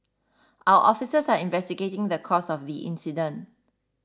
our officers are investigating the cause of the incident